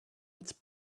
its